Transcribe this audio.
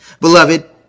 Beloved